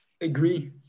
agree